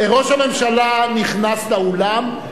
ראש הממשלה נכנס לאולם.